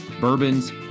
bourbons